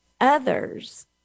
others